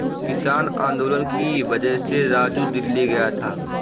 किसान आंदोलन की वजह से राजू दिल्ली गया था